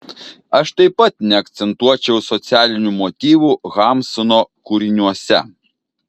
aš taip pat neakcentuočiau socialinių motyvų hamsuno kūriniuose